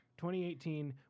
2018